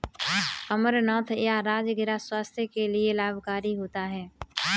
अमरनाथ या राजगिरा स्वास्थ्य के लिए लाभकारी होता है